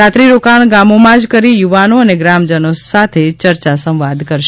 રાત્રિ રોકાણ ગામોમાં જ કરી યુવાનો અને ગ્રામજનો સાથે ચર્ચા સંવાદ કરશે